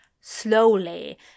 slowly